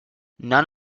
none